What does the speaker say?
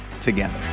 together